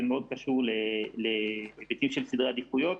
זה מאוד קשור להיבטים של סדרי עדיפויות.